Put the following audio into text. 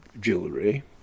jewelry